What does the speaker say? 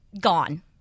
gone